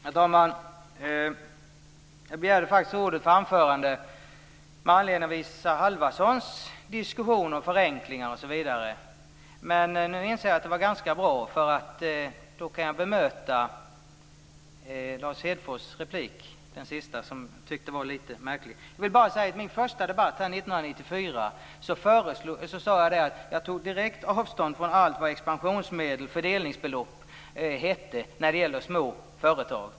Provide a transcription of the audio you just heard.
Herr talman! Jag begärde ordet för anförande med anledning av Isa Halvarssons diskussion om förenklingar, men nu inser jag att det var ganska bra eftersom jag nu kan bemöta Lars Hedfors sista replik. Jag tycker att den var litet märklig. I min första debatt här 1994 tog jag direkt avstånd ifrån allt vad expansionsmedel och fördelningsbelopp hette när det gäller små företag.